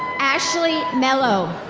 ashley melo.